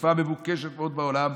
תרופה מבוקשת מאוד בעולם,